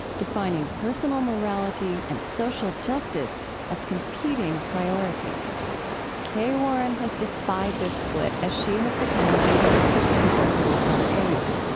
defining personal morality and social justice as competing priorities kay warren has defied this split as she has become a leading christian activist on aids.